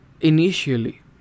initially